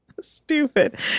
Stupid